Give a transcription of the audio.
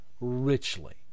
Richly